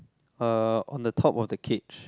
uh on the top of the cage